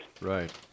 Right